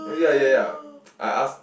yeah yeah yeah I asked